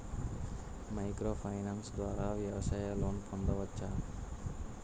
Micro finance ద్వారా వ్యవసాయ loan పొందవచ్చా?